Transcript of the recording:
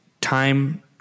time